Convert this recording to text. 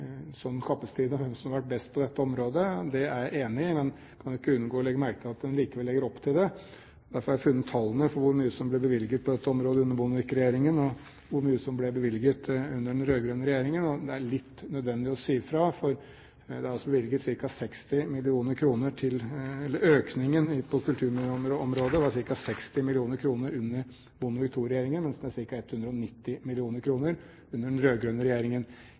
hvem som har vært best på dette området. Det er jeg enig i, men jeg kan jo ikke unngå å legge merke til at hun likevel legger opp til det. Derfor har jeg funnet tallene for hvor mye som ble bevilget på dette området under Bondevik-regjeringen, og hvor mye som ble bevilget under den rød-grønne regjeringen, og det er litt nødvendig å si fra, for økningen på kulturminneområdet var på ca. 60 mill. kr under Bondevik II-regjeringen, mens den er på ca. 190 mill. kr under den rød-grønne regjeringen. Jeg sier ikke dette fordi jeg synes denne diskusjonen er interessant. Jeg synes den